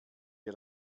wir